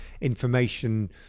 information